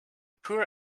poor